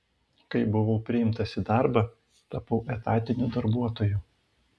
kai buvau priimtas į darbą tapau etatiniu darbuotoju